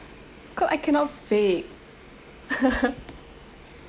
cause I cannot bake